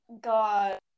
God